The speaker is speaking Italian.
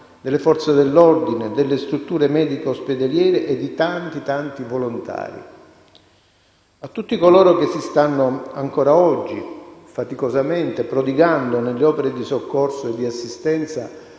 delle Forze dell'ordine, delle strutture medico-ospedaliere e di tanti, tanti volontari. A tutti coloro che si stanno ancora oggi faticosamente prodigando nelle opere di soccorso e di assistenza